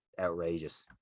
outrageous